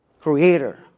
creator